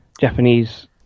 Japanese